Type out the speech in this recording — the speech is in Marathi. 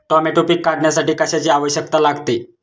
टोमॅटो पीक काढण्यासाठी कशाची आवश्यकता लागते?